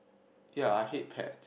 ya I hate pet